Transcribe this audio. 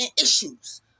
issues